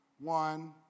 one